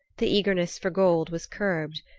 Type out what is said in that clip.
the eagerness for gold was curbed.